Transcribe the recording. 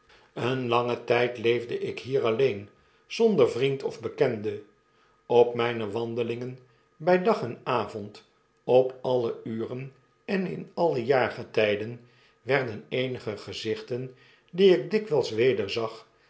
eenen langen tyd leefde ik hier alleen zonder vriend of bekende op myne wandelingen bij dag en avond op alle uren en inallejaargetyden werden eenige gezichten die ik dikwijls wederzag